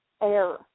air